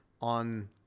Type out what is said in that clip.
on